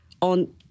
on